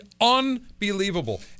unbelievable